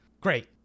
Great